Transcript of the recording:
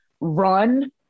run